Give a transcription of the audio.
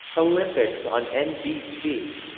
olympics on nbc